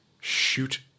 shoot